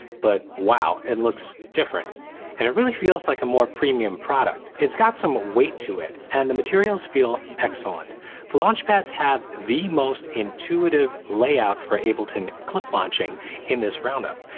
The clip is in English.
but wow it looks different different and it really feels like a more premium product. it's got some weight to it and the materials feel excellent the launchpads have the most intuitive layout for ableton clip launching in this roundup.